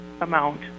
amount